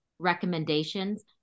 recommendations